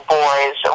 boys